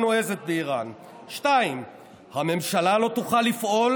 נועזת באיראן"; 2. "הממשלה לא תוכל לפעול,